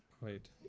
Wait